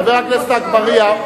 אבל בבחירות עם ישראל החליט,